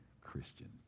Christian